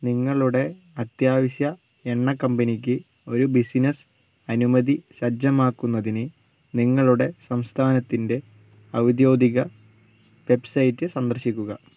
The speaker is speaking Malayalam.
നിങ്ങളുടെ അത്യാവശ്യ എണ്ണ കമ്പനിക്ക് ഒരു ബിസിനസ് അനുമതി സജ്ജമാക്കുന്നതിന് നിങ്ങളുടെ സംസ്ഥാനത്തിൻ്റെ ഔദ്യോകിക വെബ്സൈറ്റ് സന്ദർശിക്കുക